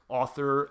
author